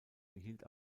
behielt